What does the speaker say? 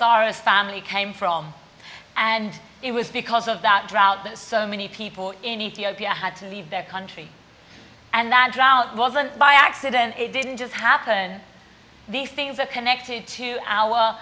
family came from and it was because of that drought that so many people in ethiopia had to leave their country and that drought wasn't by accident it didn't just happen these things are connected to our